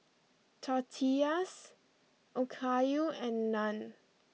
Tortillas Okayu and Naan